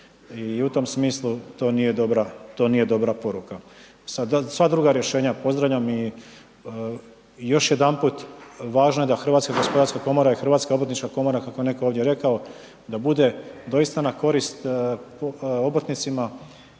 i u tom smislu to nije dobra poruka. Sva druga rješenja pozdravljam i još jedanput, važno je da Hrvatska gospodarska komora i Hrvatska obrtnička komora kako je netko ovdje rekao, da bude doista na korist obrtnicima